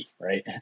right